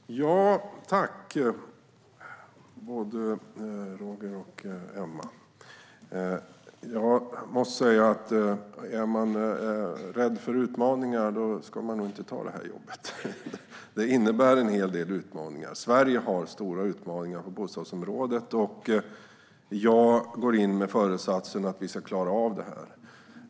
Herr talman! Jag tackar både Roger och Emma. Jag måste säga att man nog inte ska ta det här jobbet om man är rädd för utmaningar. Det innebär en hel del utmaningar. Sverige har stora utmaningar på bostadsområdet, och jag går in med föresatsen att vi ska klara av dem.